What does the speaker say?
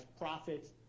profits